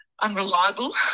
unreliable